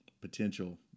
potential